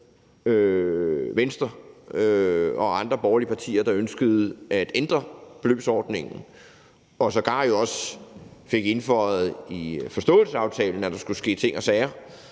Venstre og andre borgerlige partier, der ønskede at ændre beløbsordningen, og sågar jo også fået indføjet i forståelsespapiret, at der skulle ske ting og sager